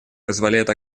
позволяет